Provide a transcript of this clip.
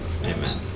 Amen